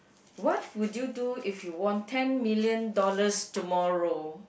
what would you do if you won ten million dollars tomorrow